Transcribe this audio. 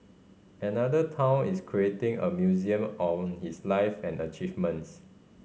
another town is creating a museum on his life and achievements